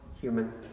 human